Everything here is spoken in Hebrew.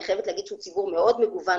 שאני חייבת לומר שהוא ציבור מאוד מגוון,